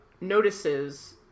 notices